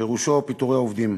פירושו פיטורי עובדים.